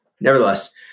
Nevertheless